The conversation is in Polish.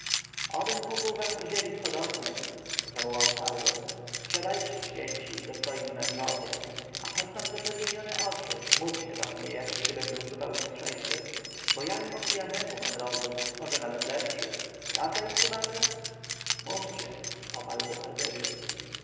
obym mógł wam udzielić podobnej zawołał sargon siadajcie święci i dostojni mężowie a choć mam zaczerwienione oczy mówcie do mnie jakgdybym był zupełnie trzeźwy bo ja i po pijanemu mam rozum może nawet lepszy prawda istubarze mówcie poparł go